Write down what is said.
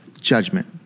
judgment